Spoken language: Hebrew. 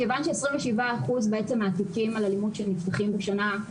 מכיוון שעשרים ושבעה אחוז מהתיקים על אלימות שנפתחים בשנה הם